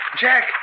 Jack